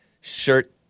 shirt